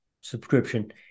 subscription